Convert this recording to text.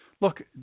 Look